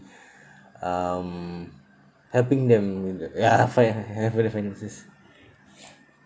um helping them w~ fine help with the finances